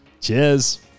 Cheers